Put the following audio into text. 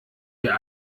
wir